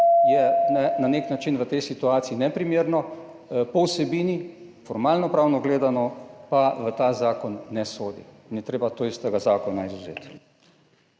je na nek način v tej situaciji neprimerno po vsebini, formalnopravno gledano pa v ta zakon ne sodi in je treba to iz tega zakona izvzeti.